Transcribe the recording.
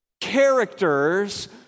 characters